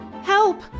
Help